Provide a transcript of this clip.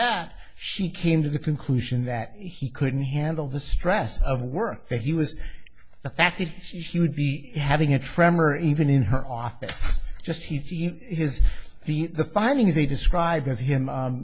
that she came to the conclusion that he couldn't handle the stress of the work that he was the fact that she would be having a tremor even in her office just he has the findings they describe of him